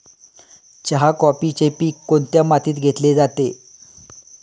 चहा, कॉफीचे पीक कोणत्या मातीत घेतले जाते?